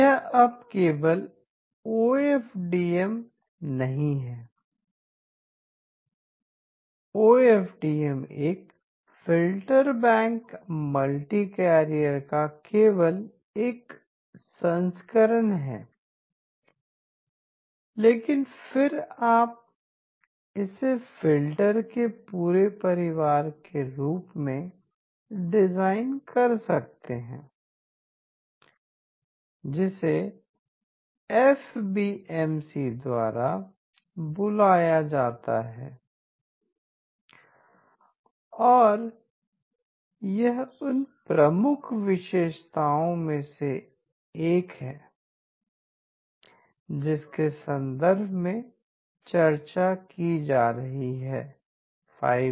यह अब केवल ओ एफ डी एम नहीं है ओ एफ डी एम एक फ़िल्टर बैंक मल्टी कैरियर का केवल एक संस्करण है लेकिन फिर आप इसे फ़िल्टर के पूरे परिवार के रूप में डिजाइन कर सकते हैं जिसे एफबीएमसी द्वारा बुलाया जाता है और यह उन प्रमुख विषयों में से एक है जिसके संदर्भ में चर्चा की जा रही है 5G